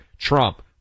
trump